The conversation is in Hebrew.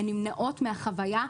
הן נמנעות מהחוויה,